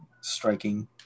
striking